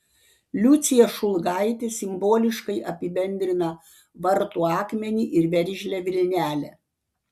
liucija šulgaitė simboliškai apibendrina vartų akmenį ir veržlią vilnelę